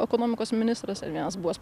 ekonomikos ministras ir vienas buvęs